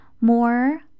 more